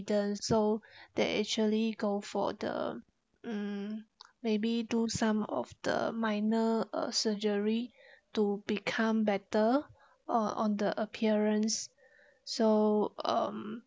so they actually go for the mm maybe do some of the minor uh surgery to become better or on the appearance so um